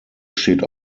steht